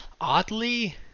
Oddly